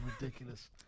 ridiculous